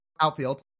Outfield